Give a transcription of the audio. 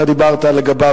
ואתה דיברת עליו,